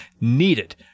needed